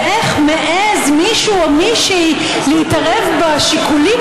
ואיך מעז מישהו או מישהי להתערב בשיקולים